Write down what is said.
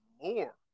more